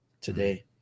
today